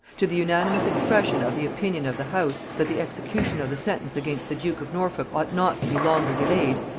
to the unanimous expression of the opinion of the house, that the execution of the sentence against the duke of norfolk ought not to be longer delayed,